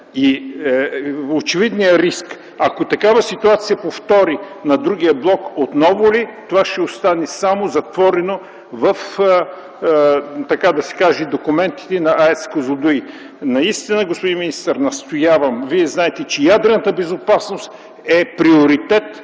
Очевидният риск - ако такава ситуация се повтори на другия блок, отново ли това ще остане затворено само в документите на АЕЦ „Козлодуй”? Господин министър, настоявам - Вие знаете, че ядрената безопасност е приоритет